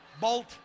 Bolt